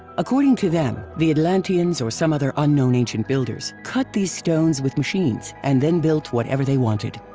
according to them, the atlanteans or some other unknown ancient builders, cut these stones with machines and then built whatever they wanted.